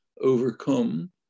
overcome